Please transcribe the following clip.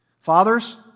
Fathers